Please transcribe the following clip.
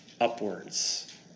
upwards